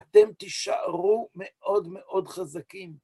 אתם תישארו מאוד מאוד חזקים.